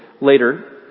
later